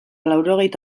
laurogeita